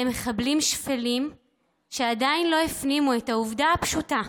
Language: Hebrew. מחבלים שפלים שעדיין לא הפנימו את העובדה הפשוטה: